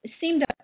seemed